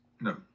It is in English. no